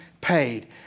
paid